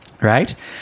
right